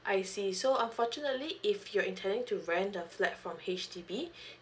I see so unfortunately if you're intending to rent the flat from H_D_B